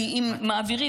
כי אם מעבירים,